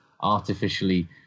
artificially